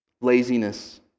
laziness